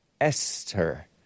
Esther